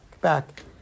back